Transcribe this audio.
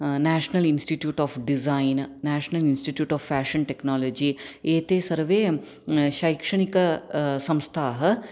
national institute of design national institute of fashion technology एते सर्वे शैक्षणिक संस्थाः